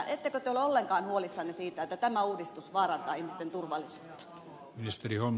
ettekö te ole ollenkaan huolissanne siitä että tämä uudistus vaarantaa ihmisten turvallisuutta